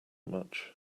much